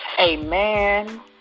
Amen